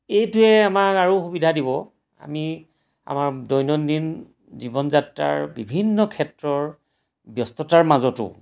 এইটোৱে আমাক আৰু সুবিধা দিব আমি আমাৰ দৈনন্দিন জীৱন যাত্ৰাৰ বিভিন্ন ক্ষেত্ৰৰ ব্যস্ততাৰ মাজতো